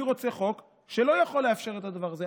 אני רוצה חוק שלא יכול לאפשר את הדבר הזה.